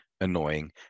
annoying